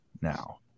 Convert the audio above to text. now